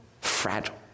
fragile